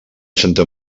santa